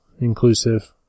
inclusive